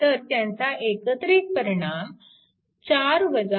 तर त्यांचा एकत्रित परिणाम 4 0